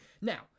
Now